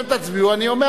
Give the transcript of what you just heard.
אתם תצביעו ואני אומר